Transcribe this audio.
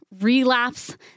relapse